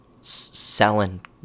selling